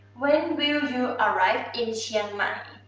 when will you arrive in chiangmai?